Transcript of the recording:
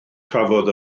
cafodd